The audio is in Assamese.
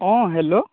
অঁ হেল্ল'